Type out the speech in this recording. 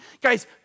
Guys